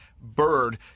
bird